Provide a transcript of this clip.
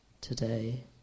today